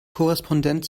korrespondent